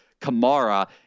Kamara